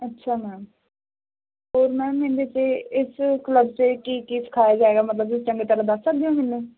ਅੱਛਾ ਮੈਮ ਹੋਰ ਮੈਮ ਇਹਦੇ ਚ ਇਸ ਕਲੱਬ ਚੇ ਕੀ ਕੀ ਸਿਖਾਇਆ ਜਾਏਗਾ ਮਤਲਬ ਚੰਗੇ ਤਰਹਾਂ ਦੱਸ ਸਕਦੇ ਹੋ ਮੈਨੂੰ